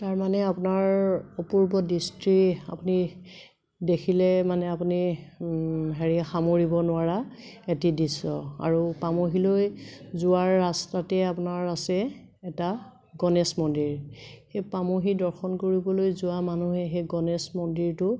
তাৰমানে আপোনাৰ অপূৰ্ব দৃষ্টি আপুনি দেখিলে মানে আপুনি হেৰি সামৰিব নোৱাৰা এটি দৃশ্য আৰু পামহিলৈ যোৱাৰ ৰাস্তাতে আপোনাৰ আছে এটা গণেশ মন্দিৰ সেই পামহি দৰ্শন কৰিবলৈ যোৱা মানুহে সেই গণেশ মন্দিৰটো